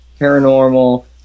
Paranormal